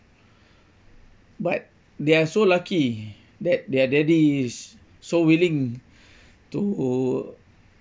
but they are so lucky that their daddy is so willing to